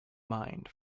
mind